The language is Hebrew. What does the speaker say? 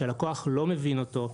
שהלקוח לא מבין אותו,